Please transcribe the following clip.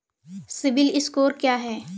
CIBIL score क्या है?